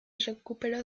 recupera